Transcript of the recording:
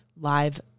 live